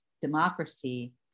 democracy